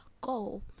go